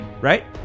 Right